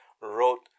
wrote